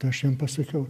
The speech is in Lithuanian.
tai aš jam pasakiau